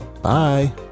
Bye